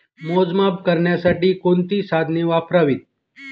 मोजमाप करण्यासाठी कोणती साधने वापरावीत?